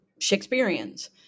Shakespeareans